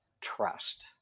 trust